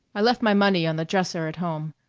i left my money on the dresser at home.